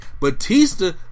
Batista